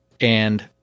and-